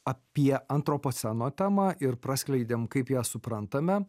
apie antropoceno temą ir praskleidėm kaip ją suprantame